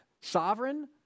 sovereign